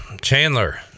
Chandler